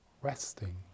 resting